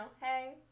hey